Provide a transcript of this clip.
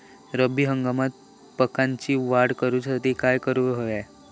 रब्बी हंगामात पिकांची वाढ करूसाठी काय करून हव्या?